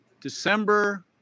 December